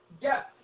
Yes